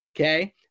okay